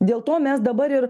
dėl to mes dabar ir